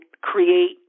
create